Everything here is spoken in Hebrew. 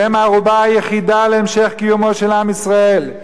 שהם הערובה היחידה להמשך קיומו של עם ישראל.